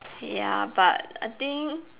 ya but I think